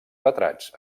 retrats